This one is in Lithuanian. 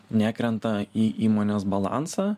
nekrenta į įmonės balansą